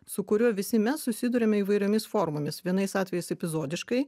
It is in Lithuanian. su kuriuo visi mes susiduriame įvairiomis formomis vienais atvejais epizodiškai